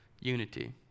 unity